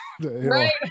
Right